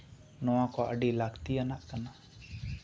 ᱱᱚᱶᱟ ᱠᱚ ᱟᱹᱰᱤ ᱞᱟᱹᱠᱛᱤᱭᱟᱱᱟᱜ ᱠᱟᱱᱟ